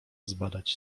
zbadać